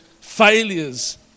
failures